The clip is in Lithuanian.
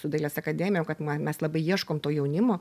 su dailės akademija kad mes labai ieškom to jaunimo